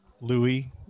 Louis